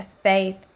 faith